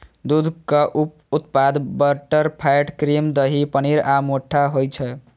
दूधक उप उत्पाद बटरफैट, क्रीम, दही, पनीर आ मट्ठा होइ छै